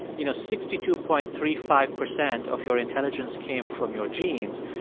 you know, sixty two point three five percent of your intelligence came from your genes,